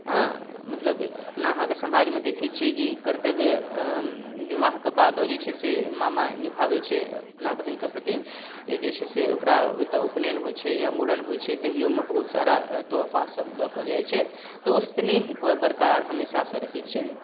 हँ मतलब अपना अहाँके समाजमे देखै छियै कि कर्तव्य विवाहके बादो जे छै से मामा निभाबै छै अपना बहिनके प्रति जे छै से ओकरा ओतऽ उपनयन होइ छै या मुड़न होइ छै तहियोमे बहुत सारा तोहफा सब लऽ कऽ जाइ छै तऽ ओ स्नेहके बरकरार हमेशासँ रहै छै